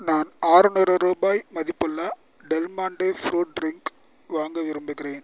நான் ஆறுநூறு ரூபாய் மதிப்புள்ள டெல் மாண்டே ஃப்ரூட் ட்ரிங்க் வாங்க விரும்புகிறேன்